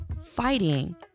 fighting